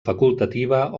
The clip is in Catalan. facultativa